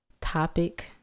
topic